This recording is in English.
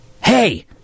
hey